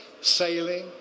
sailing